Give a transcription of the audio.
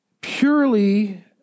purely